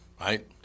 right